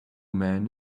man